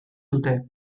dute